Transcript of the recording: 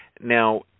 Now